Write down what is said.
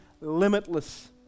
limitless